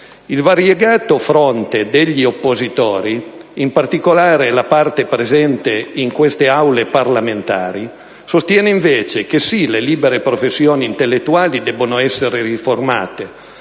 Il variegato fronte degli oppositori, in particolare la parte presente nelle Aule parlamentari, sostiene invece che, sì, le libere professioni intellettuali debbono essere riformate,